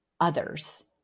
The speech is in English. others